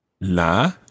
La